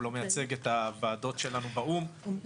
הוא לא מייצג את הוועדות שלנו באו"ם,